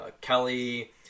Kelly